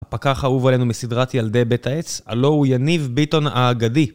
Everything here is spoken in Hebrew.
הפקח האהוב עלינו מסדרת ילדי בית העץ, הלא הוא יניב ביטון האגדי.